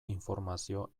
informazio